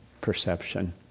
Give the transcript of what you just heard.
perception